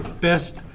best